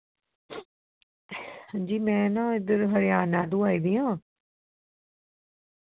जी में ना इद्धर हरियाणा तूं आई दी आं